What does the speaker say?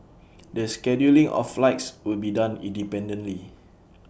the scheduling of flights will be done independently